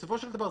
בסופו של דבר,